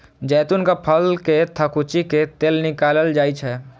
जैतूनक फल कें थकुचि कें तेल निकालल जाइ छै